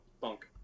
bunk